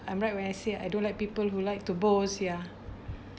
I'm right when I say I don't like people who like to boast ya